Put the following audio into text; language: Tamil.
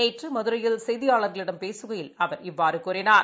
நேற்றுமதுரையில் செய்தியாளர்களிடம் பேசுகையில் அவர் இவ்வாறுகூறினார்